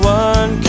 one